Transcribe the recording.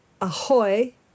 ahoy